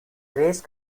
race